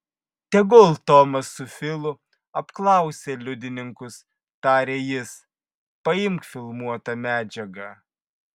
tegul tomas su filu apklausia liudininkus tarė jis paimk filmuotą medžiagą